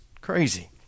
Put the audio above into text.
crazy